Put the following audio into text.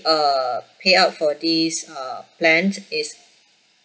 uh payout for this uh plan is